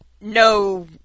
no